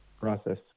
process